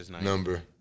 number